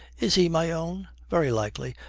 is he, my own very likely.